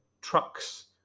trucks